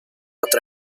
otro